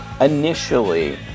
initially